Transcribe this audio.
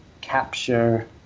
capture